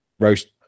Roast